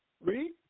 Read